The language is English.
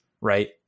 Right